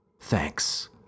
Thanks